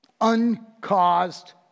uncaused